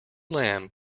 lamb